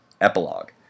Epilogue